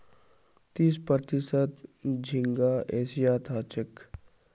तीस प्रतिशत झींगा एशियात ह छे